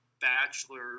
Bachelor